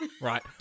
right